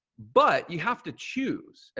but you have to choose,